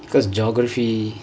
cause geography